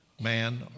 man